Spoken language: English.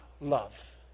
love